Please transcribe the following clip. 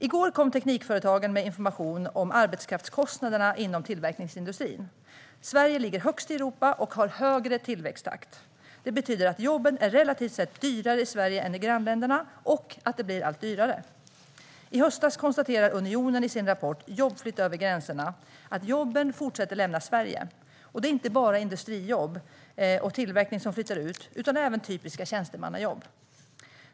I går kom Teknikföretagen med information om arbetskraftskostnaderna inom tillverkningsindustrin. Sverige ligger högst i Europa och har högre tillväxttakt. Det betyder att jobben relativt sett är dyrare i Sverige än i grannländerna och att de blir allt dyrare. I höstas konstaterade Unionen i sin rapport Jobbflytt över gränserna att jobben fortsätter lämna Sverige. Det handlar inte bara om jobb inom industri och tillverkning utan även om typiska tjänstemannajobb.